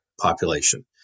population